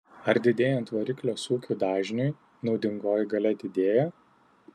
ar didėjant variklio sūkių dažniui naudingoji galia didėja